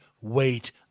wait